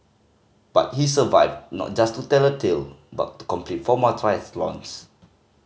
but he survived not just to tell the tale but to complete four more triathlons